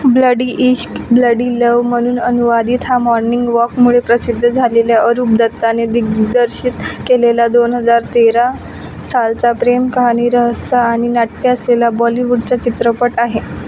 bloody Ishq bloody love म्हणून अनुवादित हा मॉर्निंग वॉकमुळे प्रसिद्ध झालेल्या अरूप दत्ताने दिग्दर्शित केलेला दोन हजार तेरा सालचा प्रेम कहाणी रहस्य आणि नाट्य असलेला बॉलिवूडचा चित्रपट आहे